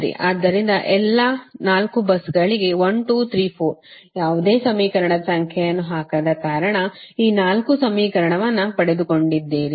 ಆದ್ದರಿಂದ ಎಲ್ಲಾ 4 busಗಳಿಗೆ 1 2 3 4 ಯಾವುದೇ ಸಮೀಕರಣದ ಸಂಖ್ಯೆಯನ್ನು ಹಾಕದ ಕಾರಣ ಈ 4 ಸಮೀಕರಣವನ್ನು ಪಡೆದುಕೊಂಡಿದ್ದೀರಿ